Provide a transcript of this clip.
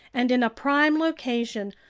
and in a prime location,